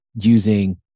using